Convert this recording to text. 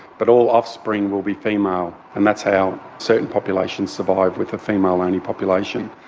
but all offspring will be female, and that's how certain populations survive with a female-only population.